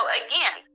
again